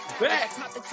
Back